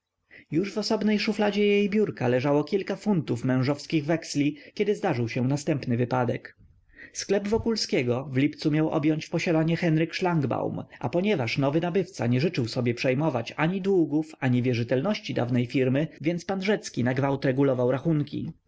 już w osobnej szufladzie jej biurka leżało kilka funtów mężowskich weksli kiedy zdarzył się następny wypadek sklep wokulskiego w lipcu miał objąć w posiadanie henryk szlangbaum a ponieważ nowy nabywca nie życzył sobie przejmować ani długów ani wierzytelności dawnej firmy więc pan rzecki nagwałt regulował rachunki